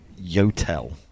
Yotel